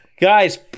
guys